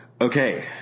Okay